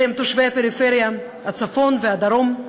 אלה הם תושבי הפריפריה, הצפון והדרום,